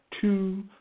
two